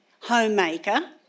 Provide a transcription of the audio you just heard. homemaker